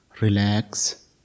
relax